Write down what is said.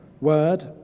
word